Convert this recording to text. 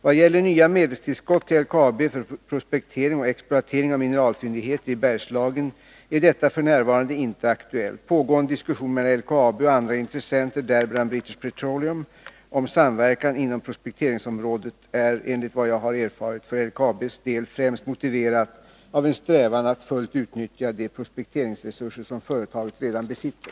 Vad gäller nya medelstillskott till LKAB för prospektering och exploatering av mineralfyndigheter i Bergslagen är detta f. n. inte aktuellt. Pågående diskussioner mellan LKAB och andra intressenter, däribland British Petroleum , om samverkan inom prospekteringsområdet är, enligt vad jag har erfarit, för LKAB:s del främst motiverat av en strävan att fullt utnyttja de prospekteringsresurser som företaget redan besitter.